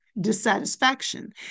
dissatisfaction